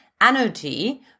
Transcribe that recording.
energy